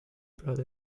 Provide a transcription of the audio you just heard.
brought